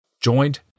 Joined